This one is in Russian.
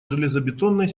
железобетонной